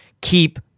keep